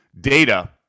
data